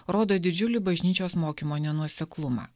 rodo didžiulį bažnyčios mokymo nenuoseklumą